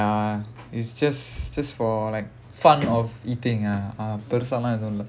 ya it's just just for like fun of eating ah uh பெருசாலம் ஏதுமில்ல:perusalaam edhumilla